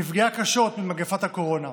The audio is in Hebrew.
נפגעה קשות ממגפת הקורונה.